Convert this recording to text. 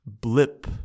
blip